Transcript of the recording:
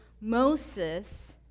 Moses